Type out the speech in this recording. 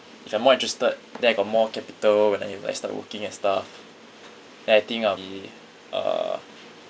if I'm more interested then I got more capital when I when I start working and stuff then I think I'll be uh